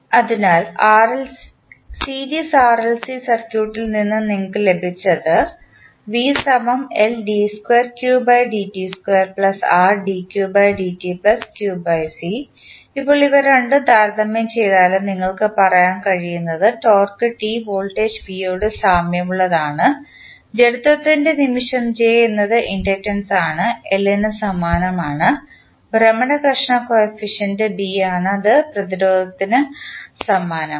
അതിനാൽ series RLC സർക്യൂട്ടിൽ നിന്ന് നിങ്ങൾക്ക് ലഭിച്ചത് ഇപ്പോൾ ഇവ രണ്ടും താരതമ്യം ചെയ്താൽ നിങ്ങൾക്ക് പറയാൻ കഴിയുന്നത് ടോർക്ക് ടി വോൾട്ടേജ് V യോട് സാമ്യമുള്ളതാണ് ജഡത്വത്തിൻറെ നിമിഷം J എന്നത് ഇൻഡക്റ്റൻസ് L ന് സമാനമാണ് ഭ്രമണ ഘർഷണ കോഫിഫിഷ്യന്റ് B ആണ് അത് പ്രതിരോധം R ന് സമാനമാണ്